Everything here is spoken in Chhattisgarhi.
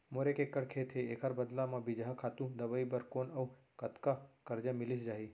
मोर एक एक्कड़ खेत हे, एखर बदला म बीजहा, खातू, दवई बर कोन अऊ कतका करजा मिलिस जाही?